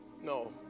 no